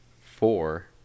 four